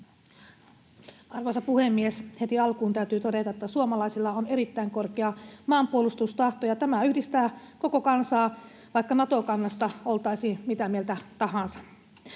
Arvoisa puhemies! Heti alkuun täytyy todeta, että suomalaisilla on erittäin korkea maanpuolustustahto, ja tämä yhdistää koko kansaa, vaikka Nato-kannasta oltaisiin mitä mieltä tahansa,